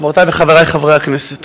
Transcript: חברותי וחברי חברי הכנסת,